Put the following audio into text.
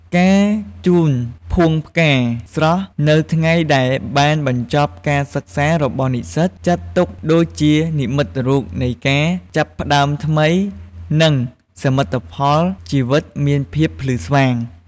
ការជូនភួងផ្កាស្រស់នៅ ថ្ងៃដែលបានបញ្ចប់ការសិក្សារបស់និស្សិត ចាត់ទុកដូចជានិមិត្តរូបនៃការចាប់ផ្តើមថ្មី និងសមិទ្ធផលជីវិតមានភាពភ្លឺស្វាង។